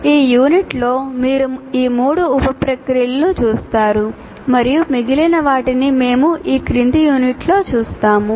ఈ యూనిట్లో మీరు ఈ మూడు ఉప ప్రక్రియలను చూస్తారు మరియు మిగిలిన వాటిని మేము ఈ క్రింది యూనిట్లో చూస్తాము